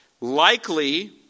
Likely